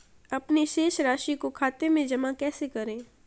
अपने शेष राशि को खाते में जमा कैसे करें?